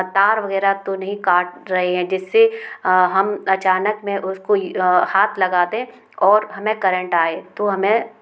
तार वग़ैरह तो नहीं काट रहे हैं जिससे हम अचानक में और कोई हाथ लगा दें और हमे करेंट आए तो हमें